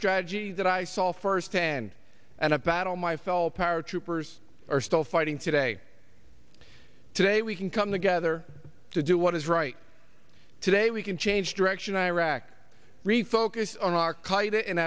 strategy that i saw firsthand and i battle my fellow paratroopers are still fighting today today we can come together to do what is right today we can change direction iraq refocus on our